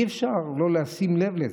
אי-אפשר לא לשים לב לזה.